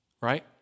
right